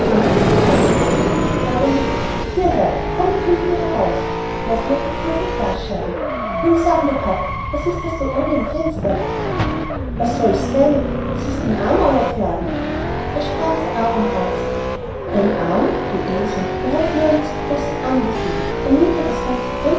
sagte das kaninchen ärgerlich hier komm und hilf mir heraus noch mehr geklirr von glasscherben nun sage mir pat was ist das da oben im fenster wat soll's sind s is en arm euer jnaden er sprach es arrum aus ein arm du esel wer hat je einen so großen arm gesehen er nimmt ja das ganze